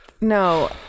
No